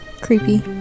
Creepy